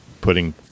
putting